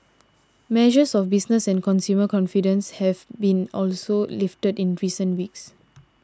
measures of business and consumer confidence have been also lifted in recent weeks